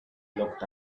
looked